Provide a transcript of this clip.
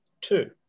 Two